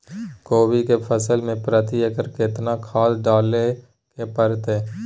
कोबी के फसल मे प्रति एकर केतना खाद डालय के परतय?